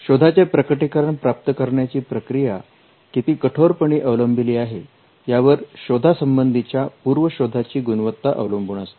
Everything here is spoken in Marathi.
शोधाचे प्रकटीकरण प्राप्त करण्याची प्रक्रिया किती कठोरपणे अवलंबिली आहे यावर शोधा संबंधी च्या पूर्व शोधा ची गुणवत्ता अवलंबून असते